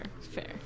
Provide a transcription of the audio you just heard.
fair